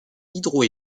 hydro